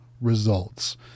results